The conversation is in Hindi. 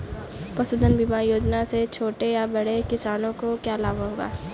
पशुधन बीमा योजना से छोटे या बड़े किसानों को क्या लाभ होगा?